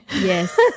Yes